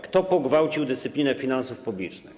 Kto pogwałcił dyscyplinę finansów publicznych?